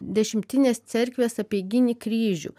dešimtinės cerkvės apeiginį kryžių